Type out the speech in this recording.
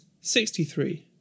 sixty-three